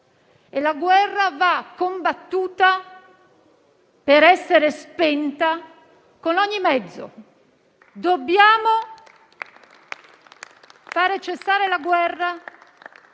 e la guerra va combattuta per essere spenta con ogni mezzo. Dobbiamo far cessare la guerra